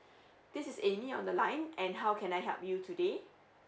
this is amy on the line and how can I help you today